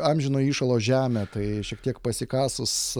amžino įšalo žemė tai šiek tiek pasikasus